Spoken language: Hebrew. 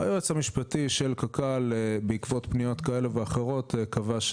היועץ המשפטי של קק"ל בעקבות פניות כאלה ואחרות קבע,